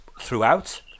throughout